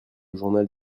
journal